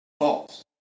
false